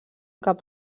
cap